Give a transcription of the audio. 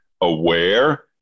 aware